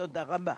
תודה רבה.